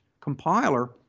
compiler